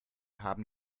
haben